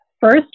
first